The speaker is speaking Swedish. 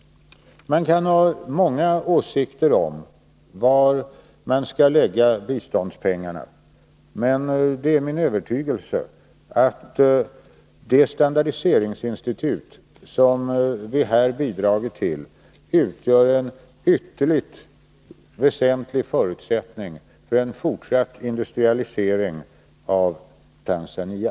Man kan ha många åsikter om var vi skall lägga biståndspengarna, men det är min övertygelse att det standardiseringsinstitut som vi här bidragit till utgör en ytterligt väsentlig förutsättning för en fortsatt industrialisering av Tanzania.